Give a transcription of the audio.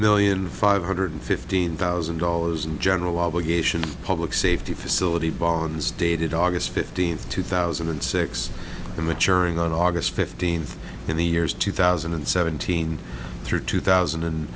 million five hundred fifteen thousand dollars and general obligation of public safety facility bonds dated august fifteenth two thousand and six maturing on aug fifteenth in the years two thousand and seventeen through two thousand and